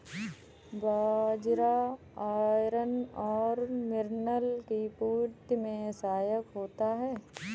बाजरा iron और mineral की पूर्ति में सहायक होता है